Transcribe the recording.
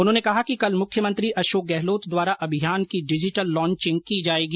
उन्होंने कहा कि कल मुख्यमंत्री अशोक गहलोत द्वारा अभियान की डिजिटल लॉचिंग की जाएगी